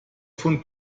von